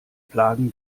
plagen